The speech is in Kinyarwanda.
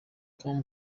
com